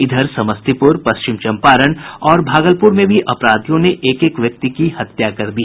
इधर समस्तीपुर पश्चिम चंपारण और भागलपुर में भी अपराधियों ने एक एक व्यक्ति की हत्या कर दी